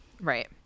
Right